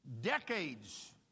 decades